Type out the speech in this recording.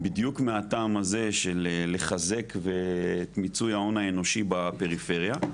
בדיוק מהטעם הזה של לחזק ומיצוי ההון האנושי בפריפריה.